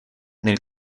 nel